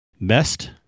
Best